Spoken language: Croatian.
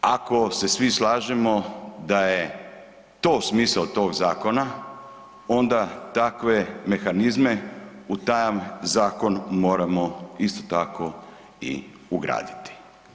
Ako se svi slažemo da je to smisao tog zakona onda takve mehanizme u taj zakon moramo isto tako i ugraditi.